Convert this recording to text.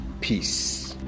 Peace